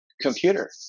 computer